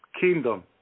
kingdom